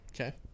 Okay